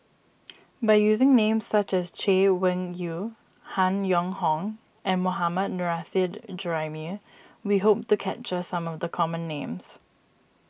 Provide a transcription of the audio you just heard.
by using names such as Chay Weng Yew Han Yong Hong and Mohammad Nurrasyid Juraimi we hope to capture some of the common names